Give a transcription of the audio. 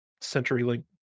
CenturyLink